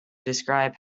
describe